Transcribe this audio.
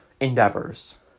endeavors